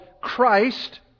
Christ